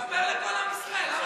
תספר לכל עם ישראל.